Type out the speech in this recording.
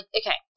okay